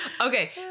Okay